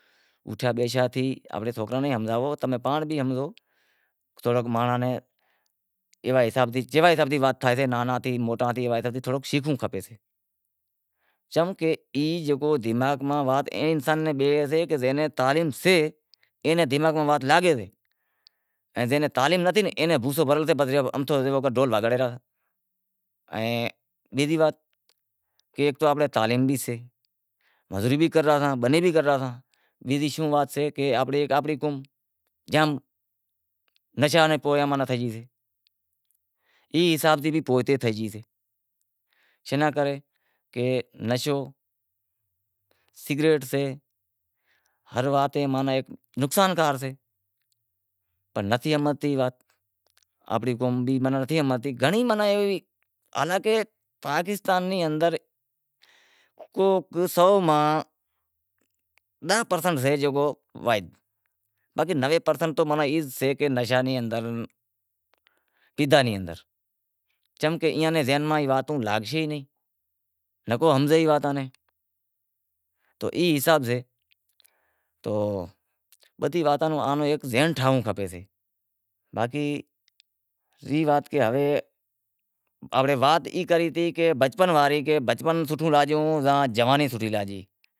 آنپڑے سوکراں نیں ہمزائو، تمیں پانڑ بھی ہمزو کہ ایوا حساب تھی، کیوا حساب تھیں تھائیسیں، نانہاں سیں موٹاں سیں تھوڑو شیکھنڑو پڑشے چم کہ ای وات اے دماغ میں انسان نیں کہیسے کہ تعلیم سے اے نیں دماغ میں وات لاگے جے نیں تعلیم نتھی اے نیں بھوسو بھرل سے پسے جیوو ڈھول وگاڑے راں ائیں بیزی وات کہ ایک تع آنپڑے تعلیم بھی سے، مزوری بھی کرے رہا ساں، بنی بھی کرے رہاساں، بیزی شوں وات سے کہ آنپڑی قوم جام نشاں نیں پویاں تھے گئی سے، ای حساب سیں بھی پوئتے تھی گئی سے، چے ناں کرے نشو سگریٹ سے، ہر وات اے ماناں نقصانکار سے، پنڑ نتھی ہمزتی وات آپری قوم نتھی ہمزتی حالانکہ پاکتان نیں اندر کو سو ماں داہ پرسینٹ سے باقی نوے پرسنٹ تو ای سے کہ نشا نیں اندر چمکہ ایئاں نیں ذہن اندر ای واتوں لاگشیں نیں، نکو ہمزیں ای واتاں نیں تو ای حساب سے تو بدہی واتاں نوں ایک ذہن ٹھائنڑو کھبپسے باقی ای وات کہ ہوے آنپڑے وات ای کری تی کہ بچپن واڑی کہ بچپن سوٹھو لاگیو،